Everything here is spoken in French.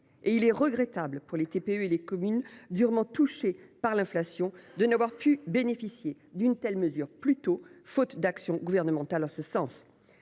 : il est regrettable que les TPE et les communes durement touchées par l’inflation n’aient pu bénéficier d’une telle mesure plus tôt, faute d’action gouvernementale en ce sens.